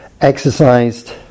exercised